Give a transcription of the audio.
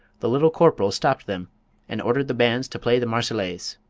the little corporal stopped them and ordered the bands to play the marseillaise.